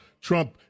Trump